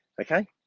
Okay